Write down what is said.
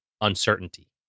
uncertainty